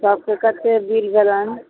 सभके कते बिल भेलनि